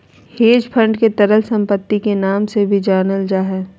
hedge fund के तरल सम्पत्ति के नाम से भी जानल जा हय